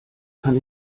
kann